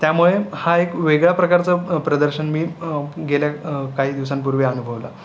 त्यामुळे हा एक वेगळा प्रकारचा प्रदर्शन मी गेल्या काही दिवसांपूर्वी अनुभवला